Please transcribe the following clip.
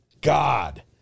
God